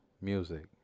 music